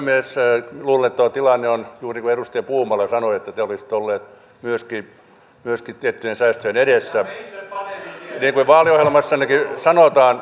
luulen että tuo tilanne on juuri niin kuin edustaja puumala sanoi että te olisitte olleet myöskin tiettyjen säästöjen edessä niin kuin vaaliohjelmassannekin sanotaan